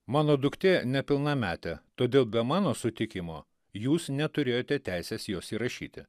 mano duktė nepilnametė todėl be mano sutikimo jūs neturėjote teisės jos įrašyti